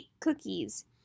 cookies